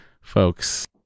folks